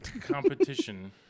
Competition